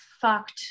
fucked